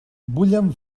bullen